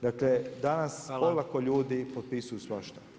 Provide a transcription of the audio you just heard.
Dakle, danas olako ljudi potpisuju svašta.